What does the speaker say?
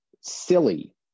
silly